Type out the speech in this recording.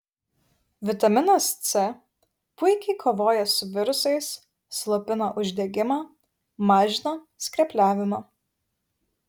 vitaminas c puikiai kovoja su virusais slopina uždegimą mažina skrepliavimą